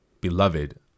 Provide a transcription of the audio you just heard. beloved